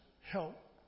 help